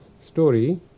story